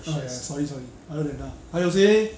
oh ya sorry sorry other than 他还有谁